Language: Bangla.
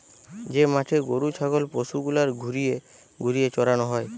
যে মাঠে গরু ছাগল পশু গুলার ঘুরিয়ে ঘুরিয়ে চরানো হয়